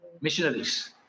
missionaries